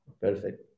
Perfect